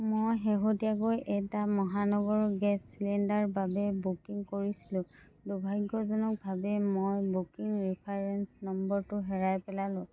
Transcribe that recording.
মই শেহতীয়াকৈ এটা মহানগৰ গেছ চিলিণ্ডাৰৰ বাবে বুকিং কৰিছিলো দুৰ্ভাগ্যজনকভাৱে মই বুকিং ৰেফাৰেঞ্চ নম্বৰটো হেৰাই পেলালোঁ